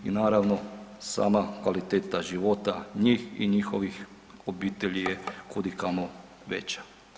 I naravno, sama kvaliteta života njih i njihovih obitelji je kud i kamo veća.